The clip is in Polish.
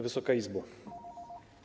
Wysoka Izbo!